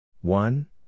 One